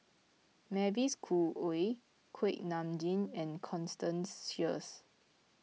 Mavis Khoo Oei Kuak Nam Jin and Constance Sheares